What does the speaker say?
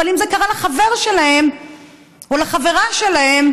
אבל אם זה קרה לחבר שלהם או לחברה שלהם,